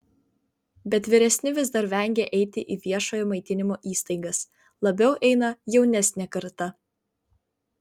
bet vyresni vis dar vengia eiti į viešojo maitinimo įstaigas labiau eina jaunesnė karta